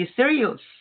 serious